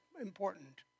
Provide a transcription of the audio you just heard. important